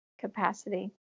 capacity